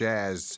Jazz